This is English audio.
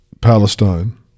Palestine